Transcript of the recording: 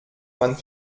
man